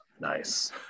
Nice